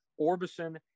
Orbison